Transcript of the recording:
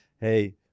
hey